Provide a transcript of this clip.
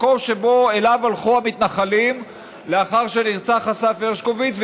מקום שאליו הלכו המתנחלים לאחר שנרצח אסף הרשקוביץ,